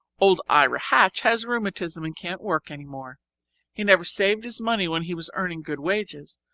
old ira hatch has rheumatism and can't work any more he never saved his money when he was earning good wages,